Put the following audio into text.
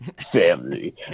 family